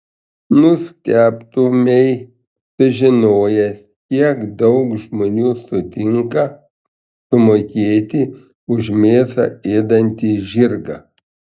nustebtumei sužinojęs kiek daug žmonių sutinka sumokėti už mėsą ėdantį žirgą